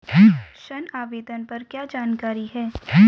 ऋण आवेदन पर क्या जानकारी है?